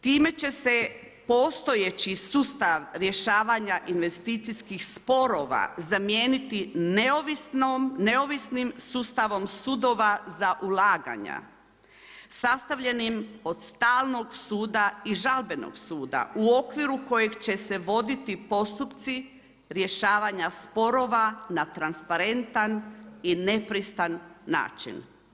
Time će se postojeći sustav rješavanja investicijskih sporova zamijeniti neovisnim sustavom sudova za ulaganja sastavljenim od Stalnog suda i Žalbenog suda u okviru kojeg će se voditi postupci rješavanja sporova na transparentan i nepristran način.